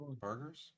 burgers